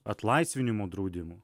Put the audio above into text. atlaisvinimo draudimų